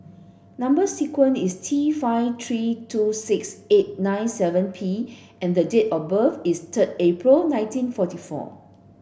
number sequence is T five three two six eight nine seven P and the date of birth is third April nineteen forty four